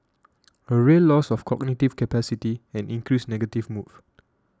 a real loss of cognitive capacity and increased negative move